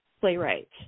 playwright